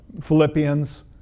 Philippians